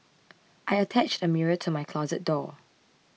I attached a mirror to my closet door